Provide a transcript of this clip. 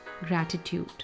gratitude